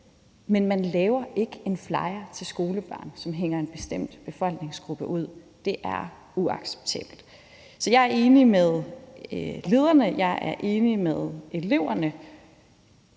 Men man laver ikke en flyer til skolebørn, som hænger en bestemt befolkningsgruppe ud. Det er uacceptabelt. Så jeg er enig med skolelederne, og jeg er enig med eleverne,